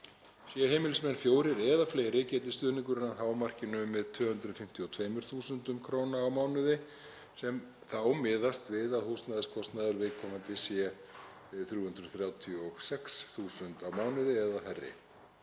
Séu heimilismenn fjórir eða fleiri geti stuðningurinn að hámarki numið 252.000 kr. á mánuði sem miðast við að húsnæðiskostnaður viðkomandi sé 336.000 kr. á mánuði eða hærri.